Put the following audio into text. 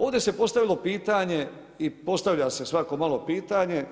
Ovdje se postavilo pitanje i postavlja se svako malo pitanje,